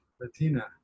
latina